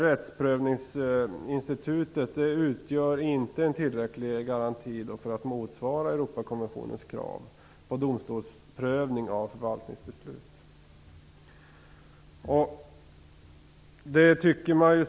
Rättsprövningsinstitutet utgör inte en tillräcklig garanti för att motsvara Europakonventionens krav på domstolsprövning av förvaltningsbeslut.